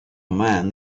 man